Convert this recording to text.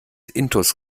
intus